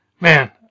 Man